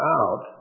out